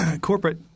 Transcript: corporate